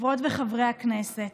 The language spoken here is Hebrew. חברות וחברי הכנסת,